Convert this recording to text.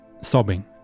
sobbing